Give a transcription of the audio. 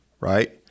right